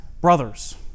brothers